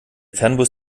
fernbus